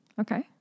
Okay